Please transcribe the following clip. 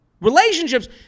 Relationships